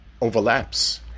overlaps